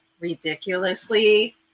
ridiculously